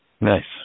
Nice